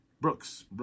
Brooks